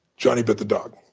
johnny bit the dog.